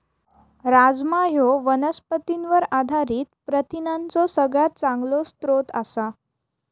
राजमा ह्यो वनस्पतींवर आधारित प्रथिनांचो सगळ्यात चांगलो स्रोत आसा